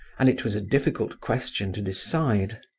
and it was a difficult question to decide.